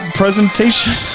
presentation